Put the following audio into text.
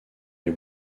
les